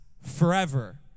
forever